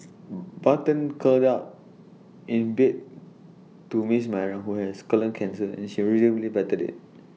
button curled out in bed to miss Myra who has colon cancer and she rhythmically patted IT